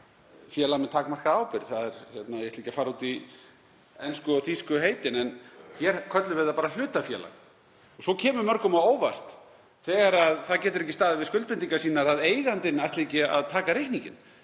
félag með takmarkaða ábyrgð. Ég ætla ekki að fara út í ensku og þýsku heitin, en hér köllum við það bara hlutafélag. Svo kemur mörgum á óvart þegar það getur ekki staðið við skuldbindingar sínar að eigandinn ætli ekki að taka reikninginn